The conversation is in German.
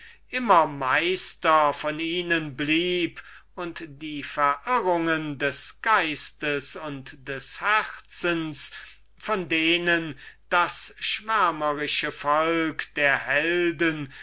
allezeit meister von ihnen blieb und die verirrungen des geistes und des herzens nur aus der erfahrung andrer kannte von denen das schwärmerische volk der helden